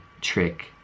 trick